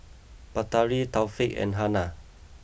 Batari Taufik and Hana